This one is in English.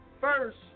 first